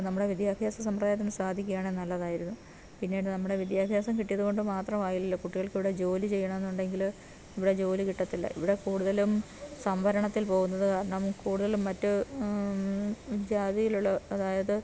നമ്മുടെ വിദ്യാഭ്യാസ സമ്പ്രദായത്തിന് സാധിക്കുകയാണേൽ നല്ലതായിരുന്നു പിന്നീട് നമ്മുടെ വിദ്യാഭ്യാസം കിട്ടിയതുകൊണ്ട് മാത്രമായില്ലല്ലോ കുട്ടികൾക്ക് ഇവിടെ ജോലി ചെയ്യണമെന്നുണ്ടെങ്കില് ഇവിടെ ജോലി കിട്ടത്തില്ല ഇവിടെ കൂടുതലും സംഭരണത്തിൽ പോകുന്നത് കാരണം കൂടുതൽ മറ്റ് ജാതിയിലുള്ള അതായത്